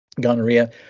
gonorrhea